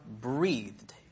breathed